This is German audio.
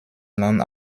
land